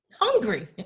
Hungry